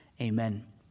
Amen